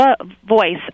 voice